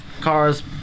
cars